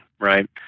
right